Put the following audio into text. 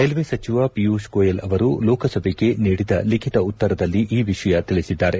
railway ಸಚಿವ ಪಿಯೂಷ್ ಗೋಯಲ್ ಅವರು ಲೋಕಸಭೆಗೆ ನೀಡಿದ ಲಿಖಿತ ಉತ್ತರದಲ್ಲಿ ಈ ವಿಷಯ ತಿಳಿಸಿದ್ದಾರೆ